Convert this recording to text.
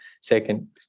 Second